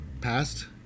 passed